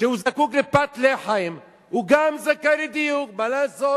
שהוא זקוק לפת לחם, גם הוא זכאי לדיור, מה לעשות.